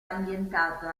ambientato